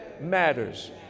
matters